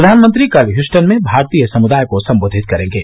प्रधानमंत्री कल ह्यूस्टन में भारतीय समुदाय को सम्बोधित करेंगे